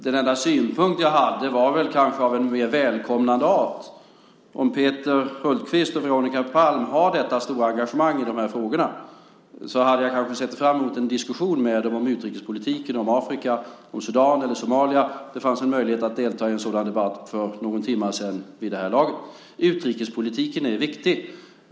Min enda synpunkt var väl kanske av en mer välkomnande art. Om Peter Hultqvist och Veronica Palm har detta stora engagemang i de här frågorna så hade jag kanske sett fram emot en diskussion med dem om utrikespolitiken, om Afrika och om Sudan eller Somalia. Det fanns en möjlighet att delta i en sådan debatt för vid det här laget någon timma sedan. Utrikespolitiken är viktig.